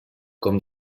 com